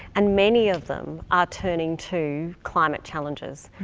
and many of them are turning to climate challenges,